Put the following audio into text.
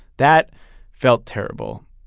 that felt terrible.